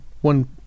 one